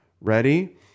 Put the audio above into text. ready